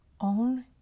Own